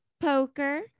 poker